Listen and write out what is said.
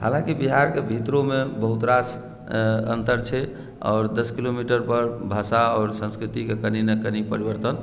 हालाँकि बिहारके भितरोमे बहुत रास अन्तर छै आओर दस किलोमीटर पर भाषा आओर संस्कृतिके कनि ने कनि परिवर्तन